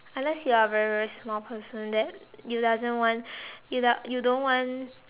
unless you are very very small person that you doesn't want you you don't want